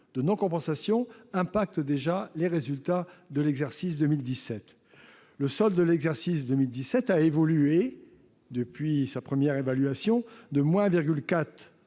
de non-compensation affectent déjà les résultats de l'exercice 2017. Le solde de l'exercice 2017 a évolué depuis sa première évaluation : de 1,4